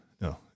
no